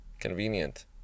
convenient